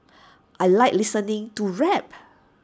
I Like listening to rap